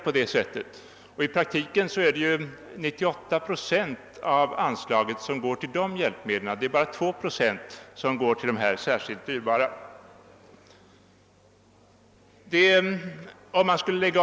I praktiken går för övrigt 98 procent av anslaget till dessa hjälpmedel, och det är bara 2 procent som går till särskilt dyrbara hjälpmedel.